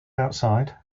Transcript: outside